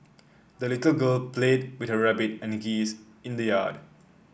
the little girl played with her rabbit and geese in the yard